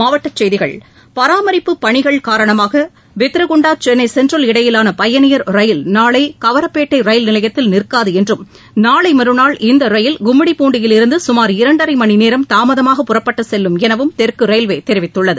மாவட்டச்செய்திகள் பராமரிப்பு பணிகள் காரணமாக பித்ரகுண்டா சென்னை சென்ட்ரல் இடையிலான பயணியர் ரயில் நாளை கவரப்பேட்டை ரயில் நிலையத்தில் நிற்காது என்றும் நாளை மறுநாள் இந்த ரயில் கும்மிடிப்பூண்டியில் இருந்து சுமார் இரண்டரை மணிநேரம் தாமதமாக புறப்பட்டு செல்லும் எனவும் தெற்கு ரயில்வே தெரிவித்துள்ளது